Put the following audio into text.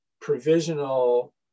provisional